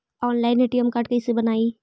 Online ATM card कैसे बनाई?